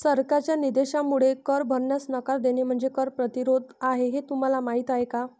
सरकारच्या निषेधामुळे कर भरण्यास नकार देणे म्हणजे कर प्रतिरोध आहे हे तुम्हाला माहीत आहे का